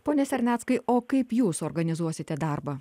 pone serneckai o kaip jūs organizuosite darbą